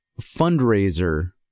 fundraiser